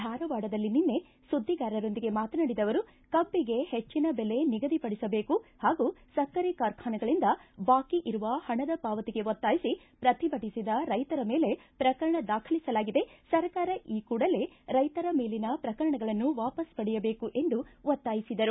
ಧಾರವಾಡದಲ್ಲಿ ನಿನ್ನೆ ಸುದ್ದಿಗಾರರೊಂದಿಗೆ ಮಾತನಾಡಿದ ಅವರು ಕಬ್ಬಗೆ ಹೆಚ್ಚಿನ ಬೆಲೆ ನಿಗದಿ ಪಡಿಸಬೇಕು ಪಾಗೂ ಸಕ್ಕರೆ ಕಾರ್ಖಾನೆಗಳಿಂದ ಬಾಕಿ ಇರುವ ಪಣದ ಪಾವತಿಗೆ ಒತ್ತಾಯಿಸಿ ಪ್ರತಿಭಟಿಸಿದ ರೈತರ ಮೇಲೆ ಪ್ರಕರಣ ದಾಖಲಿಸಲಾಗಿದೆ ಸರ್ಕಾರ ಈ ಕೂಡಲೇ ರೈತರ ಮೇಲಿನ ಪ್ರಕರಣಗಳನ್ನು ವಾಪಸ್ ಪಡೆಯಬೇಕು ಎಂದು ಒತ್ತಾಯಿಸಿದರು